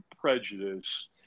prejudice